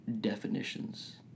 definitions